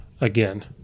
again